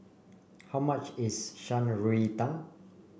how much is Shan Rui Tang